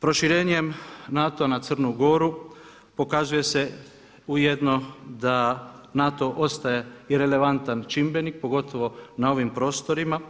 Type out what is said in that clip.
Proširenjem NATO-a na Crnu Goru pokazuje se ujedno da NATO ostaje i relevantan čimbenik pogotovo na ovim prostorima